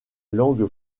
langue